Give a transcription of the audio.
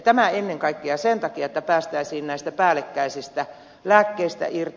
tämä ennen kaikkea sen takia että päästäisiin näistä päällekkäisistä lääkkeistä irti